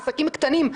עסקים קטנים.